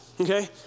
okay